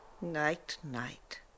Night-night